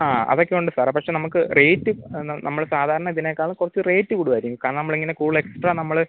ആ അതൊക്കെ ഉണ്ട് സാർ പക്ഷെ നമുക്ക് റേയ്റ്റ് എന്താണ് നമ്മള് സാധാരണ ഇതിനേക്കാളും കുറച്ച് റേയ്റ്റ് കൂടുവായിരിക്കും കാരണം നമ്മളിങ്ങനെ കൂടുതൽ എക്സ്ട്രാ നമ്മള്